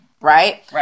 right